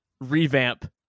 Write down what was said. revamp